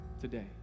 today